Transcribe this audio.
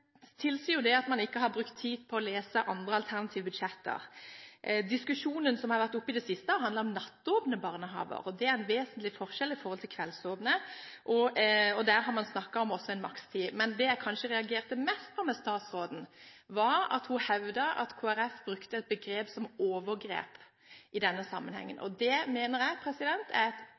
det at man ikke har brukt tid på å lese andres alternative budsjetter. Diskusjonen som har vært oppe i det siste, har handlet om nattåpne barnehager. Det er en vesentlig forskjell i forhold til kveldsåpne, og der har man også snakket om en makstid. Men det jeg kanskje reagerte mest på hos statsråden, var at hun hevdet at Kristelig Folkeparti brukte et begrep som «overgrep» i denne sammenheng. Det mener jeg er